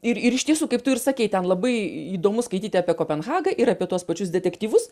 ir ir iš tiesų kaip tu ir sakei ten labai įdomu skaityti apie kopenhagą ir apie tuos pačius detektyvus